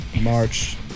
March